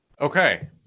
Okay